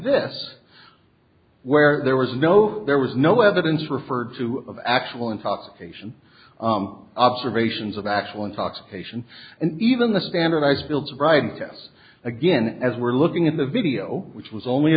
this where there was no there was no evidence referred to of actual intoxication observations of actual intoxication and even the standard ice builds right yes again as we're looking at the video which was only